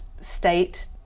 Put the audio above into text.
state